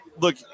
Look